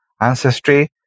ancestry